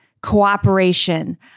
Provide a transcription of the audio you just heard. cooperation